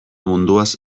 munduaz